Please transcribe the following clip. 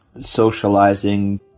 socializing